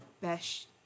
best